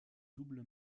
double